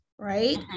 right